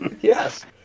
Yes